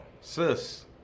sis